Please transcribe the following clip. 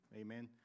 amen